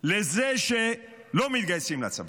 לזה שלא מתגייסים לצבא.